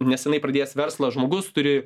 nes jinai pradės verslą žmogus turi